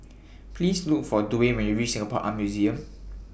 Please Look For Dawne when YOU REACH Singapore Art Museum